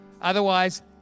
Otherwise